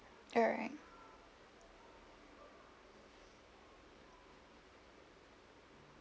alright